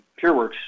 PureWorks